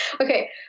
okay